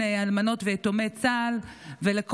לא, לא,